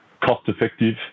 cost-effective